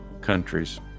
countries